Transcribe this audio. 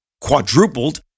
quadrupled